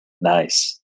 nice